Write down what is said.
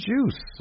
Juice